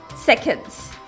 seconds